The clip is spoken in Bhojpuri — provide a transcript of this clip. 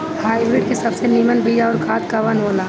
हाइब्रिड के सबसे नीमन बीया अउर खाद कवन हो ला?